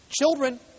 Children